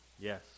Yes